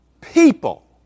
people